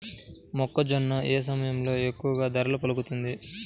మొక్కజొన్న ఏ సమయంలో ఎక్కువ ధర పలుకుతుంది?